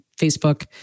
Facebook